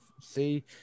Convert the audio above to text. see